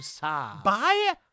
Bye